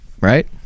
Right